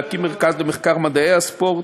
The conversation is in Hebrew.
להקים מרכז למחקר מדעי הספורט,